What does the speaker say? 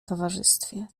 towarzystwie